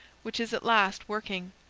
which is at last working.